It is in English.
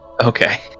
Okay